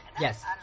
Yes